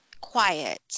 quiet